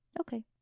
Okay